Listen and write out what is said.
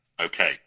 okay